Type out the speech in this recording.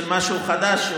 משהו חדש.